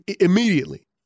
immediately